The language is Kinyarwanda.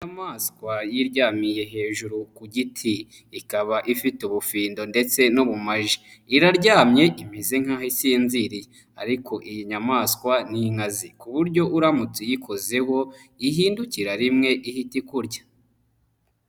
Inyamaswa yiryamiye hejuru ku giti, ikaba ifite ubufindo ndetse n'ubumaji. Iraryamye imeze nkaho isinziriye ariko iyi nyamaswa ni inkazi ku buryo uramutse uyikozeho, ihindukira rimwe ihita ikurya.